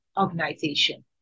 organization